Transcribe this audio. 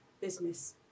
business